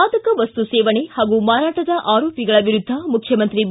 ಮಾದಕವಸ್ತು ಸೇವನೆ ಹಾಗೂ ಮಾರಾಟದ ಆರೋಪಿಗಳ ವಿರುದ್ಧ ಮುಖ್ಯಮಂತ್ರಿ ಬಿ